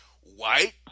white